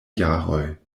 jaroj